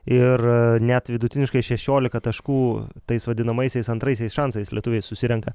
ir net vidutiniškai šešiolika taškų tais vadinamaisiais antraisiais šansais lietuviai susirenka